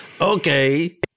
Okay